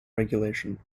regulation